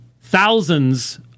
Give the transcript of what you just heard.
thousands